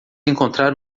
encontrar